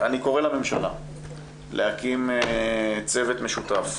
אני קורא לממשלה להקים צוות משותף